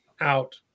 out